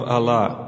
Allah